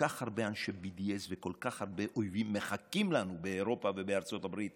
אנשי BDS וכל כך הרבה אויבים מחכים לנו באירופה ובארצות הברית